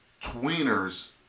tweeners